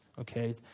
Okay